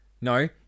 No